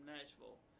Nashville